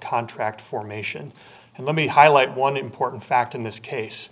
contract formation and let me highlight one important fact in this case